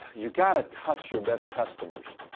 you've got to touch your best customers.